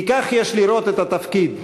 כי כך יש לראות את התפקיד,